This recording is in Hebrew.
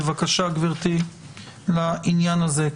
בבקשה, גברתי לעניין הזה.